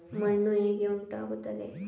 ಮಣ್ಣು ಹೇಗೆ ಉಂಟಾಗುತ್ತದೆ?